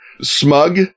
smug